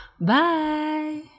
Bye